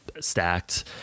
stacked